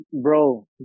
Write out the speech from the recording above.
Bro